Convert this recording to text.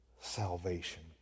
salvation